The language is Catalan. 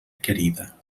requerida